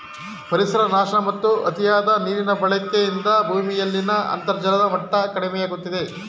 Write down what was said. ಪರಿಸರ ನಾಶ ಮತ್ತು ಅತಿಯಾದ ನೀರಿನ ಬಳಕೆಯಿಂದ ಭೂಮಿಯಲ್ಲಿನ ಅಂತರ್ಜಲದ ಮಟ್ಟ ಕಡಿಮೆಯಾಗುತ್ತಿದೆ